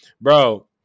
Bro